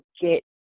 get